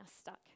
stuck